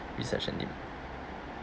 this actually